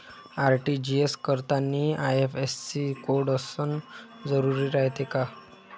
RTGS करतांनी IFSC code असन जरुरी रायते का?